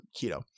keto